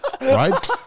Right